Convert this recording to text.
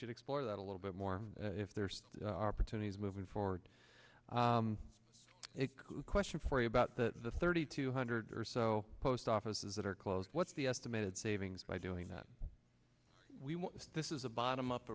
should explore that a little bit more if there are opportunities moving forward it could question for you about the thirty two hundred or so post offices that are close what's the estimated savings by doing that this is a bottom up